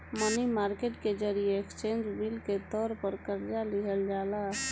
मनी market के जरिए exchange bill के तौर पर कर्जा लिहल जाला